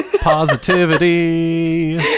Positivity